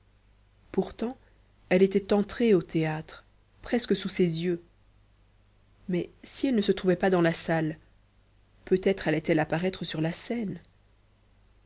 pourtant elle était entrée au théâtre presque sous ses yeux mais si elle ne se trouvait pas dans la salle peut-être allait-elle apparaître sur la scène